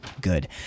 good